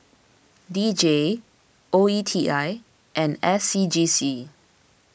D J O E T I and S C G C